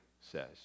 says